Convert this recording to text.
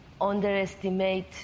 underestimate